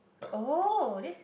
oh this